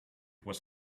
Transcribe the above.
was